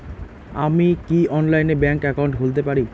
আমি কি অনলাইনে ব্যাংক একাউন্ট খুলতে পারি?